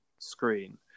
screen